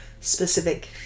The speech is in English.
specific